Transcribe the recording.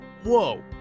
Whoa